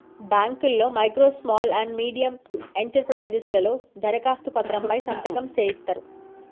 బాంకుల్లో micro small and medium enterprises లలో దరఖాస్తు పత్రం పై సంతకం సేయిత్తరు